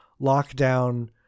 lockdown